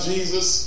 Jesus